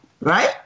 Right